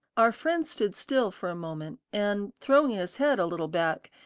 our friend stood still for a moment, and throwing his head a little back,